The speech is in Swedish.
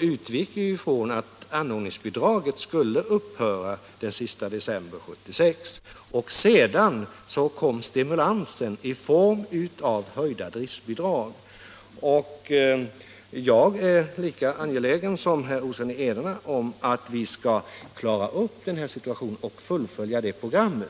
utgick vi från att anordningsbidraget skulle upphöra den sista december 1976. Sedan kom en stimulans i form av höjda driftbidrag. Jag är lika angelägen som herr Olsson i Edane om att vi skall klara upp den här situationen och fullfölja programmet.